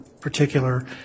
particular